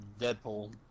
Deadpool